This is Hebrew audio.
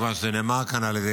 מכיוון שזה נאמר כאן על ידי